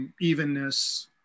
Evenness